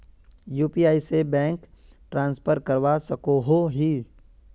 UPI से bank transfer करवा सकोहो ही?